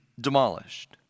demolished